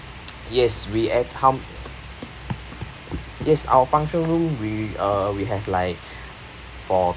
yes we ac~ hun~ yes our functional room we uh we have like for